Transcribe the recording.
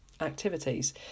activities